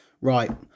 right